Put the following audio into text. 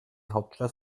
hauptstadt